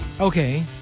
Okay